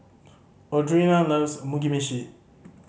Audrina loves Mugi Meshi